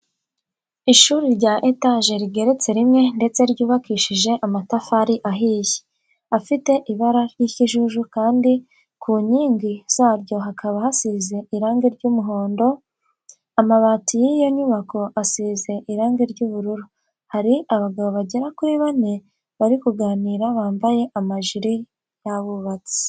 Ishuri rya etaje rigeretse rimwe ndetse ryubakishije amatafari ahiye, afite ibara ry'ikijuju kandi ku nkingi zaryo hakaba hasize irange ry'umuhondo, amabati y'iyi nyubako asize irange ry'ubururu. Hari abagabo bagera kuri bane bari kuganira bambaye amajiri y'abubatsi.